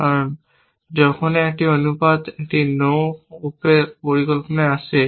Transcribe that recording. এবং কারণ যখনই একটি অনুপাত একটি নো অপের পরিকল্পনায় আসে